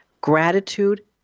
Gratitude